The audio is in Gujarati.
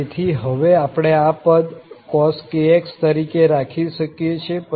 તેથી હવે આપણે આ પદ cos⁡ તરીકે રાખી શકીએ છીએ